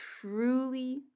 truly